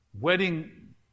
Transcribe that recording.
wedding